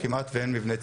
כמעט ואין מבני ציבור,